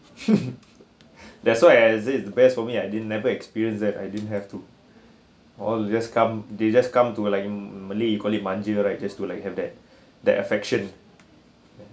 that's why I said the best for me I didn't never experience that I didn't have to all they just come they just come to like m~ m~ malay you called it manja right just to like have that that affection